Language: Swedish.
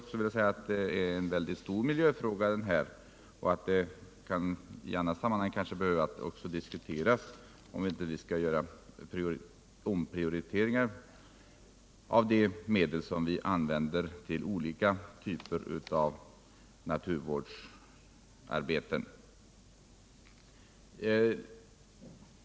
Detta är en mycket stor miljöfråga, och det kan kanske också i andra sammanhang behöva diskuteras om vi inte borde göra omprioriteringar av de medel som vi använder till olika typer av naturvårdsarbete.